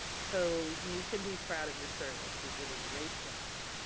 so you can be proud of your service. you did a great job.